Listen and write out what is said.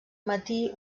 matí